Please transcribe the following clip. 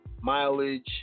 mileage